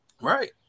Right